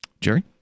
Jerry